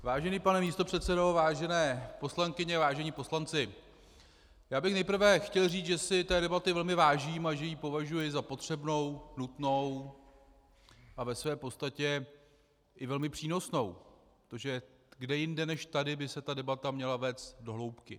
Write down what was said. Vážený pane místopředsedo, vážené poslankyně, vážení poslanci, já bych nejprve chtěl říci, že si té debaty velmi vážím a že ji považuji za potřebnou, nutnou a ve své podstatě i velmi přínosnou, protože kde jinde než tady by se ta debata měla vést do hloubky.